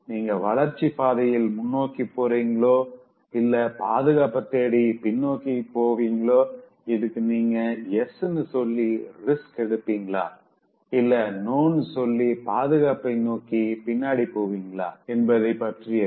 நீங்க வளர்ச்சி பாதையில முன்னோக்கி போறீங்களா இல்ல பாதுகாப்ப தேடி பின்னோக்கி போவீங்களா இதுக்கு நீங்க எஸ்னு சொல்லி ரிஸ்க் எடுப்பீங்களா இல்ல நோனு சொல்லி பாதுகாப்ப நோக்கி பின்னாடி போவிங்களா என்பதை பற்றியது